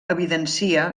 evidencia